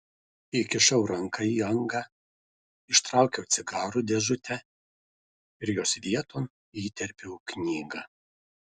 įkišau ranką į angą ištraukiau cigarų dėžutę ir jos vieton įterpiau knygą